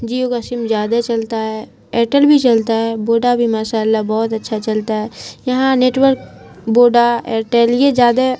جیو کا سم زیادہ چلتا ہے ایرٹل بھی چلتا ہے ووڈا بھی ماشاء اللہ بہت اچھا چلتا ہے یہاں نیٹورک ووڈا ایرٹل یہ زیادہ